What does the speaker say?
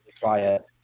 quiet